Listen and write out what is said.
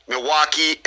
Milwaukee